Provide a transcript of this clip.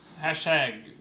Hashtag